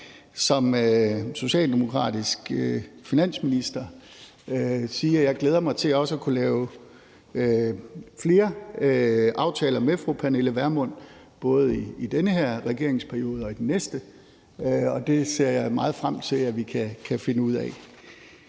som socialdemokratisk finansminister sige, at jeg glæder mig til også at kunne lave flere aftaler med fru Pernille Vermund både i den her regeringsperiode og i den næste, og det ser jeg meget frem til at vi kan finde ud af.